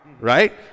right